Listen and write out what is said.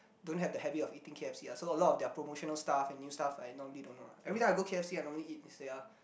don't have the habit of eating K_F_C ah so a lot of their promotional stuff the new stuff I normally don't know one everytime I go K_F_C I normally eat their